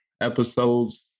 episodes